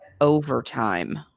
Overtime